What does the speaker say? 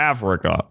Africa